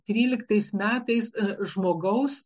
tryliktais metais žmogaus